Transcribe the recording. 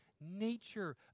nature